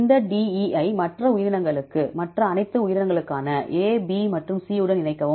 இந்த DE ஐ மற்ற அனைத்து உயிரினங்களான A B மற்றும் C உடன் இணைக்கவும்